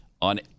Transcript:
on